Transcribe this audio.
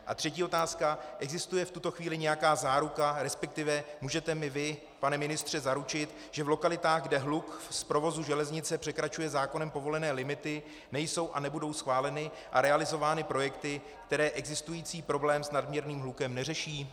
A třetí otázka: Existuje v tuto chvíli nějaká záruka, resp. můžete mi vy, pane ministře, zaručit, že v lokalitách, kde hluk z provozu železnice překračuje zákonem povolené limity, nejsou a nebudou schváleny a realizovány projekty, které existující problém s nadměrným hlukem neřeší?